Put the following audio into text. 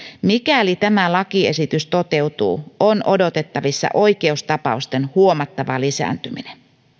mikäli tämä lakiesitys toteutuu on odotettavissa oikeustapausten huomattava lisääntyminen